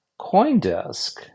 Coindesk